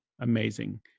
amazing